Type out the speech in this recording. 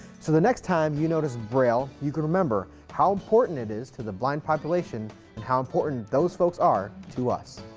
so the next time, you notice braille, you can remember how important it is to the blind population and how important those folks are to us.